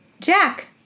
Jack